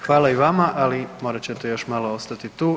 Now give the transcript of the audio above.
Hvala i vama, ali morat ćete još malo ostati tu.